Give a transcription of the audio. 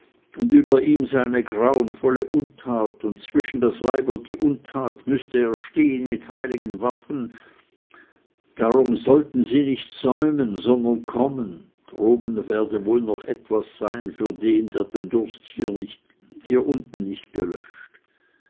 und über ihm sei eine grauenvolle untat und zwischen das weib und die untat müßte er stehn mit heiligen waffen darum sollten sie nicht säumen sondern kommen droben werde wohl noch etwas sein für den der den durst hier unten nicht gelöscht